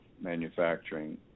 manufacturing